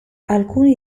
alcuni